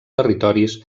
territoris